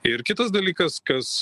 ir kitas dalykas kas